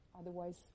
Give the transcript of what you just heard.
Otherwise